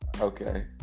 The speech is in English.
Okay